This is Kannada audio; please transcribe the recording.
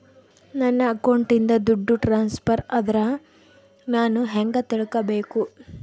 ನನ್ನ ಅಕೌಂಟಿಂದ ದುಡ್ಡು ಟ್ರಾನ್ಸ್ಫರ್ ಆದ್ರ ನಾನು ಹೆಂಗ ತಿಳಕಬೇಕು?